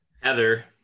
Heather